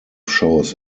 shows